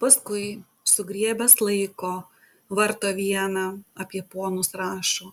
paskui sugriebęs laiko varto vieną apie ponus rašo